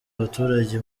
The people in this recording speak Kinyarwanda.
abaturage